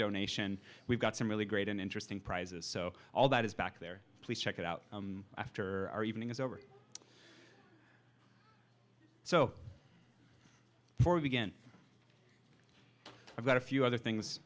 donation we've got some really great and interesting prizes so all that is back there please check it out after our evening is over so for again i've got a few other things